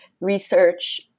research